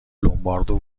لومبرادو